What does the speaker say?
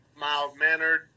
mild-mannered